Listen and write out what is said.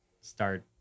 start